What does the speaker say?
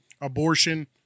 Abortion